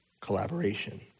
Collaboration